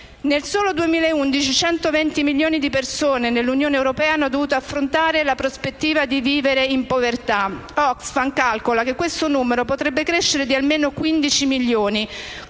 nel solo 2011, 120 milioni di persone nell'Unione europea hanno dovuto affrontare la prospettiva di vivere in povertà. Oxfam calcola che questo numero potrebbe crescere di almeno 15 milioni,